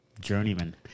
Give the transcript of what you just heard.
Journeyman